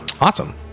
Awesome